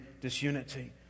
disunity